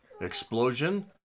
explosion